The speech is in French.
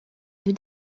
deux